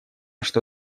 что